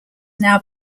now